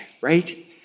right